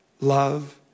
love